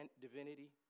divinity